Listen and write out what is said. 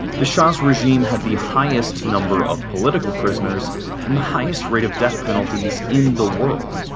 the shah's regime had the highest number of political prisoners and the highest rate of death penalties in the world.